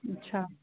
अच्छा